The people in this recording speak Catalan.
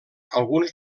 alguns